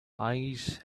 eyes